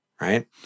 right